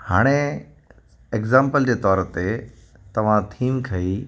हाणे इग़्ज़ांपल जे तौर ते तव्हां थीम खईं